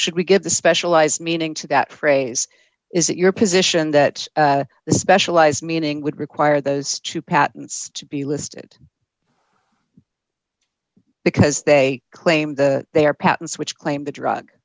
should we give the specialized meaning to that phrase is it your position that the specialized meaning would require those two patents to be listed because they claim the they are patents which claim the drug